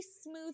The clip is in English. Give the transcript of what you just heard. smooth